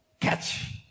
catch